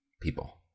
people